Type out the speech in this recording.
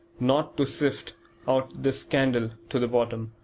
not to sift out this scandal to the bottom,